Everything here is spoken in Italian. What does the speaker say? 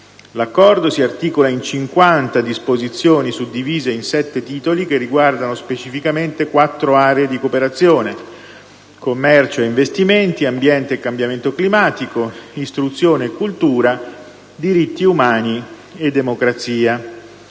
L'Accordo si articola in cinquanta disposizioni suddivise in sette titoli che riguardano specificamente quattro aree di cooperazione: commercio e investimenti; ambiente e cambiamento climatico; istruzione e cultura; diritti umani e democrazia.